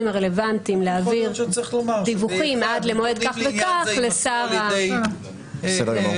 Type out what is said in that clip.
הרלוונטיים להעביר דיווחים עד למועד כך וכך לשר ה --- יכול